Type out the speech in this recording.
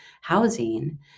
housing